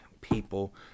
people